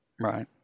Right